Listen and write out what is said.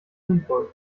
sinnvoll